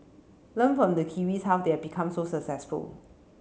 learn from the Kiwis how they have become so successful